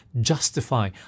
justify